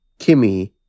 Kimmy